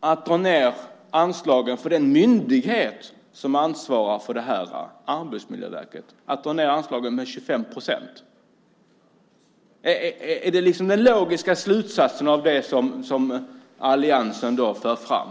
att dra ned anslagen för den myndighet som ansvarar för detta, nämligen Arbetsmiljöverket? Man drar ned anslagen med 25 procent. Är det den logiska slutsatsen av det som alliansen för fram?